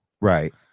Right